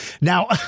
Now